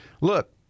Look